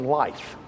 life